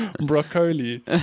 Broccoli